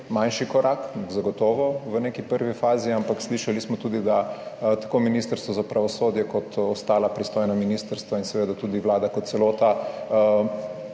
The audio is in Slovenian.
manjši korak, zagotovo v neki prvi fazi. Ampak slišali smo tudi, da tako Ministrstvo za pravosodje kot ostala pristojna ministrstva in seveda tudi Vlada kot celota